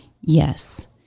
Yes